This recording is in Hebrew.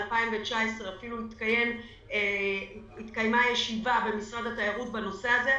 ב-2019 התקיימה ישיבה במשרד התיירות בנושא הזה.